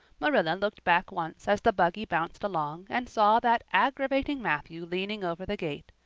marilla looked back once as the buggy bounced along and saw that aggravating matthew leaning over the gate,